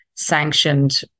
sanctioned